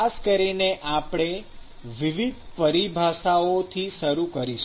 ખાસ કરીને આપણે વિવિધ પરિભાષાઓથી શરૂ કરીશું